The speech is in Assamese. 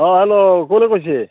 অঁ হেল্ল' কোনে কৈছে